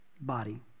body